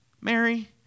Mary